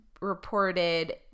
reported